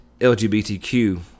LGBTQ